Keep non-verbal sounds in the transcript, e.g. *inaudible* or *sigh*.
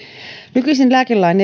nykyisin lääkelain *unintelligible*